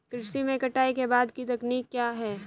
कृषि में कटाई के बाद की तकनीक क्या है?